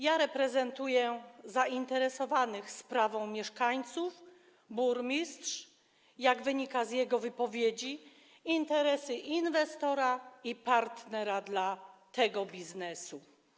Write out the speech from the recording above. Ja reprezentuję zainteresowanych sprawą mieszkańców, a burmistrz, jak wynika z jego wypowiedzi - interesy inwestora i partnera dla tego biznesu.